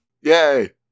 Yay